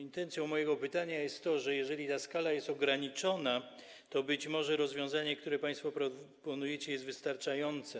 Intencją mojego pytania jest to, że jeżeli ta skala jest ograniczona, to być może rozwiązanie, które państwo proponujecie, jest wystarczające.